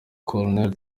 col